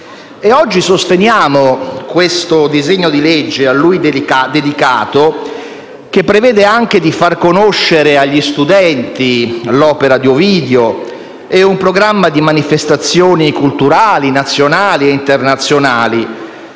Oggi sosteniamo questo disegno di legge a lui dedicato, che prevede di far conoscere agli studenti l'opera di Ovidio e un programma di manifestazioni culturali nazionali e internazionali